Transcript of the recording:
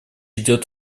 идет